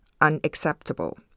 unacceptable